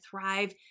thrive